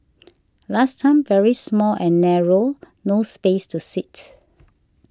last time very small and narrow no space to sit